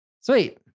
Sweet